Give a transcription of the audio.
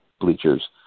bleachers